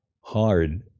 hard